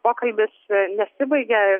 pokalbis nesibaigia ir